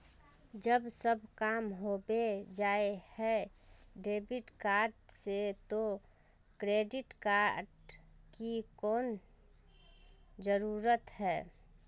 जब सब काम होबे जाय है डेबिट कार्ड से तो क्रेडिट कार्ड की कोन जरूरत है?